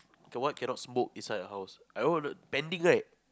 the one cannot smoke inside your house I order pending right